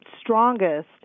strongest